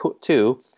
two